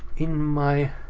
in my